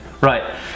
right